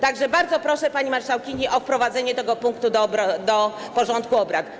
Tak że bardzo proszę, pani marszałkini, o włączenie tego punktu do porządku obrad.